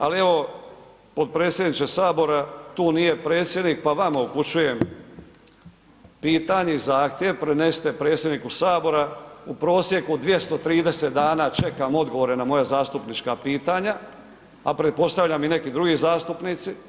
Ali, evo, potpredsjedniče Sabora, tu nije predsjednik pa vama upućujem pitanje i zahtjev, prenesite predsjedniku Sabora, u prosjeku 230 dana čekam odgovore na moja zastupnička pitanja, a pretpostavljam i neki drugi zastupnici.